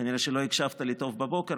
כנראה שלא הקשבת לי טוב בבוקר,